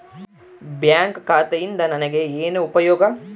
Bank ಖಾತೆಯಿಂದ ನನಗೆ ಏನು ಉಪಯೋಗ?